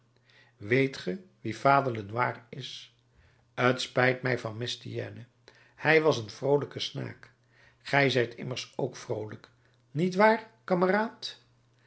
weet ge wie vader lenoir is t spijt mij van mestienne hij was een vroolijke snaak gij zijt immers ook vroolijk niet waar kameraad